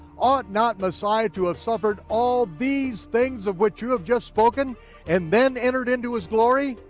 ought not messiah to have suffered all these things of which you have just spoken and then entered into his glory?